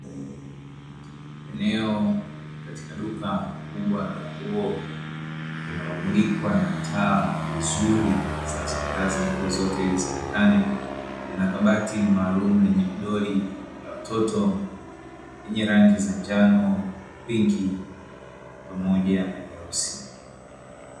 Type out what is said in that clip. Eneo katika duka kubwa la nguo linalomulikwa na taa vizuri zinazoangaza ili nguo zote zionekane, lina kabati maalumu lenye midolo ya watoto yenye rangi za njano, pinki pamoja na nyeusi.